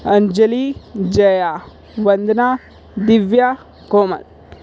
Anjali Jaya Vandana Divya Komal